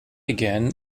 again